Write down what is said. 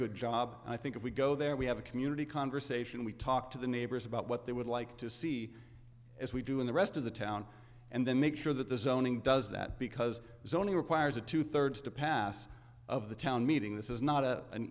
good job and i think if we go there we have a community conversation we talk to the neighbors about what they would like to see as we do in the rest of the town and then make sure that the zoning does that because zoning requires a two thirds to pass of the town meeting this is not a an